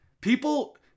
People